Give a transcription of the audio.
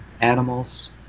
animals